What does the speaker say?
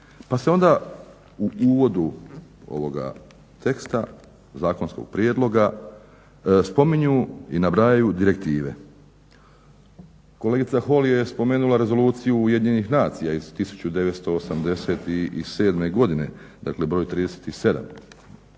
Pa se onda u uvodu ovoga teksta zakonskog prijedloga spominju i nabrajaju direktive. Kolegica Holy je spomenula Rezoluciju UN-a iz 1987.godine br. 37 ali